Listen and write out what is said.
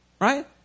right